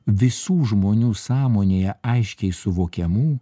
visų žmonių sąmonėje aiškiai suvokiamų